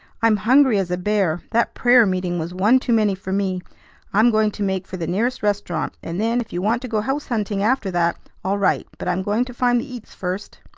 i'm hungry as a bear. that prayer meeting was one too many for me i'm going to make for the nearest restaurant and then, if you want to go house-hunting after that, all right but i'm going to find the eats first.